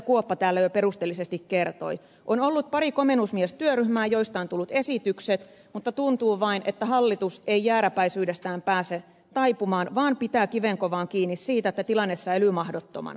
kuoppa täällä jo perusteellisesti kertoi että on ollut pari komennusmiestyöryhmää joista on tullut esitykset mutta tuntuu vain että hallitus ei jääräpäisyydestään pääse taipumaan vaan pitää kivenkovaan kiinni siitä että tilanne säilyy mahdottomana